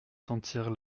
sentir